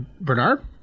Bernard